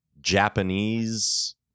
Japanese